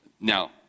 Now